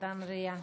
מסרטן ריאה.